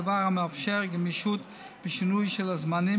דבר המאפשר גמישות בשינוי של הזמנים